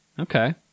Okay